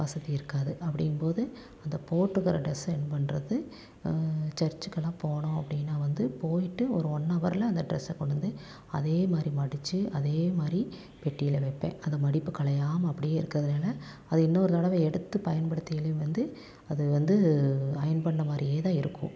வசதி இருக்காது அப்படிம்போது அந்த போட்டுப்கரா ட்ரெஸ் அயர்ன் பண்ணுறது சர்ச்சுக்கெல்லாம் போனோம் அப்படின்னா வந்து போயிட்டு ஒரு ஒன் அவர்ல அந்த ட்ரெஸ்ஸை கொண்டு வந்து அதேமாதிரி மடித்து அதேமாதிரி பெட்டியில் வைப்பேன் அந்த மடிப்பு கலையாமல் அப்படியே இருக்கிறதுனால அதை இன்னொரு தடவை எடுத்து பயன்படுத்தையிலேயும் வந்து அது வந்து அயர்ன் பண்ண மாதிரியே தான் இருக்கும்